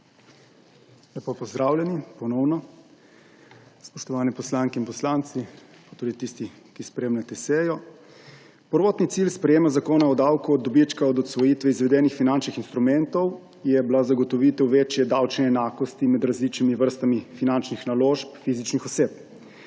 Lepo pozdravljeni, ponovno. Spoštovane poslanke in poslanci, tisti, ki spremljate sejo! Prvotni cilj sprejetja Zakona o davku od dobička od odsvojitve izvedenih finančnih instrumentov je bil zagotovitev večje davčne enakosti med različnimi vrstami finančnih naložb fizičnih oseb.